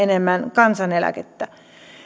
kansaneläkettä